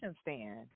stand